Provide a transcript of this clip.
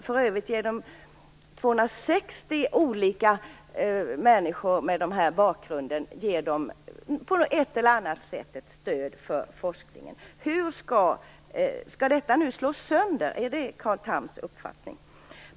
För övrigt ger de på ett eller annat sätt forskningsstöd åt 260 personer med den här bakgrunden. Skall detta nu slås sönder? Är det Carl Thams uppfattning?